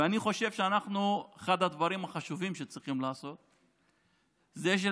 ואני חושב שאחד הדברים החשובים שאנחנו צריכים